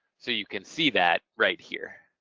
so you can see that right here.